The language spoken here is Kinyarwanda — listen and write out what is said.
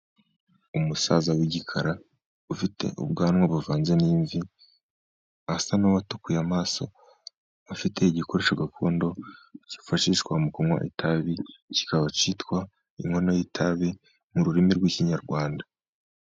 Umusaza w'igikara ufite ubwanwa buvanze n'imvi, asa n'uwatukuye amaso. Afite igikoresho gakondo cyifashishwa mu kunywa itabi, kikaba cyitwa inkono y'itabi mu rurimi rw'Ikinyarwanda.